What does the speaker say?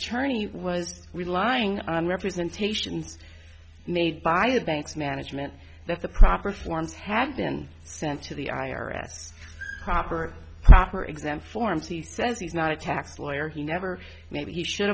czerny was relying on representations made by a bank's management that the proper forms had been sent to the i r s proper proper exam forms he says he's not a tax lawyer he never maybe he should